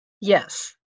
Yes